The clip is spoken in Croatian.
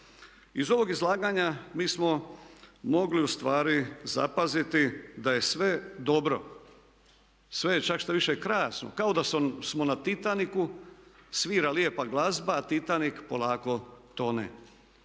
Iz ovog izlaganja mi smo mogli ustvari zapaziti da je sve dobro, sve je čak što više krasno, kao da smo na Titaniku, svira lijepa glazba a Titanik polako tone.